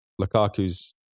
Lukaku's